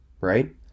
right